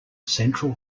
central